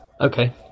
Okay